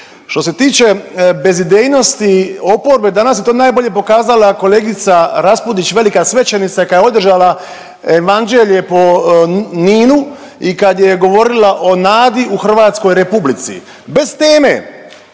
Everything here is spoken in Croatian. Što se tiče bezidejnosti oporbe, danas je to najbolje pokazala kolegica Raspudić velika svećenica kad je održala evanđelje po Ninu i kad je govorila o nadi u Hrvatskoj Republici, bez teme.